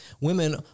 women